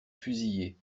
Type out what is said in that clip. fusiller